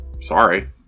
sorry